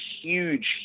huge